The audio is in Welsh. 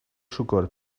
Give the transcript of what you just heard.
siwgr